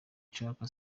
nshaka